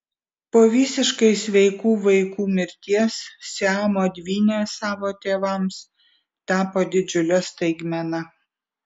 po visiškai sveikų vaikų mirties siamo dvynės savo tėvams tapo didžiule staigmena